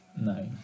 No